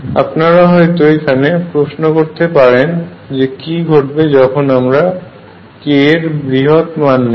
আপনারা হয়তো এখানে প্রশ্ন করতে পারেন যে কি ঘটবে যখন আমরা k এর বৃহৎ মান নেব